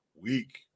week